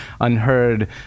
unheard